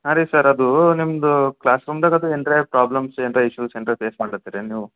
ಹಾಂ ರೀ ಸರ್ ಅದು ನಿಮ್ಮದು ಕ್ಲಾಸ್ರೂಮ್ದಾಗ ಅದು ಏನರೆ ಪ್ರಾಬ್ಲಮ್ಸ್ ಏನರೆ ಇಶ್ಯುಸ್ ಏನರೆ ಫೇಸ್ ಮಾಡ್ಲತ್ತಿರೇನು ನೀವು